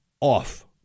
off